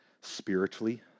Spiritually